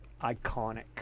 Iconic